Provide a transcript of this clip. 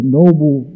noble